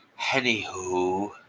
Anywho